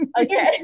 okay